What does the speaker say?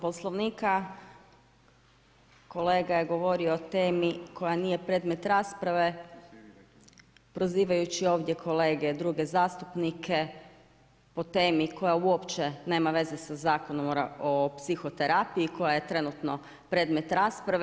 Poslovnika, kolega je govorio o temi koja nije predmet rasprave, prozivajući ovdje kolege druge zastupnike po temi koja uopće nema veze sa Zakonom o psihoterapiji koja je trenutno predmet rasprave.